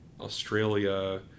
Australia